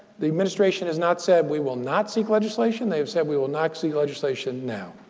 the administration has not said, we will not seek legislation. they have said, we will not see legislation now.